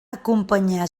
acompanyar